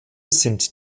sind